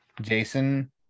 Jason